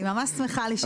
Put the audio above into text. אני ממש שמחה לשמוע.